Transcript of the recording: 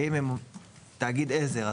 אם הן תאגיד עזר,